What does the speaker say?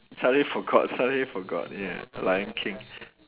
suddenly forgot suddenly forgot yeah lion king